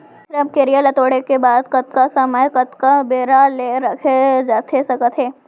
रमकेरिया ला तोड़े के बाद कतका समय कतका बेरा ले रखे जाथे सकत हे?